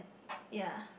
ya